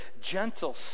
gentle